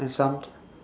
and some